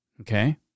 okay